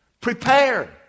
prepare